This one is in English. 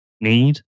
need